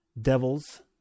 Devils